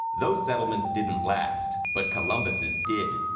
those settlements didn't last, but columbus's did.